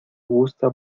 gusta